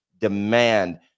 demand